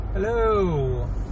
Hello